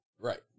Right